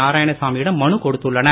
நாராயணசாமி யிடம் மனு கொடுத்துள்ளனர்